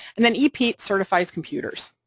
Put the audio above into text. and then epeat certifies computers,